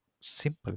simple